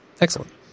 Excellent